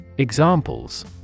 Examples